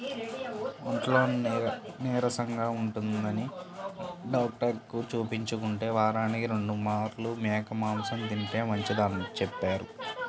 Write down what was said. ఒంట్లో నీరసంగా ఉంటందని డాక్టరుకి చూపించుకుంటే, వారానికి రెండు మార్లు మేక మాంసం తింటే మంచిదని చెప్పారు